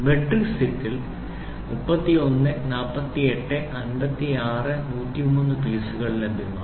metric സെറ്റിൽ 31 48 56 103 പീസുകൾ ലഭ്യമാണ്